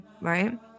right